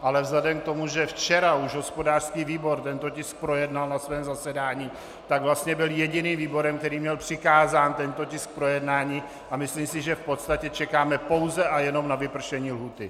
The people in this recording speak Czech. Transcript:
Ale vzhledem k tomu, že včera už hospodářský výbor tento tisk projednal na svém zasedání, byl vlastně jediným výborem, který měl přikázán tento tisk k projednání, a myslím si, že v podstatě čekáme pouze a jenom na vypršení lhůty.